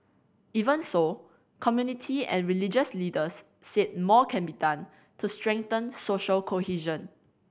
even so community and religious leaders said more can be done to strengthen social cohesion